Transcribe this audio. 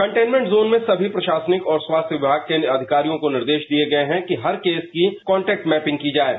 containment zone में सभी प्रशासनिक और स्वास्थ्य विभाग के अधिकारियों को निर्देश दिए गए हैं कि हर केस की कान्टेक्ट मैपिंग की जाएगी